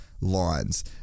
lines